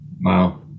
Wow